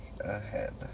ahead